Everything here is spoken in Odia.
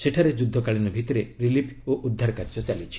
ସେଠାରେ ଯୁଦ୍ଧକାଳୀନ ଭିତ୍ତିରେ ରିଲିଫ୍ ଓ ଉଦ୍ଧାର କାର୍ଯ୍ୟ ଚାଲିଛି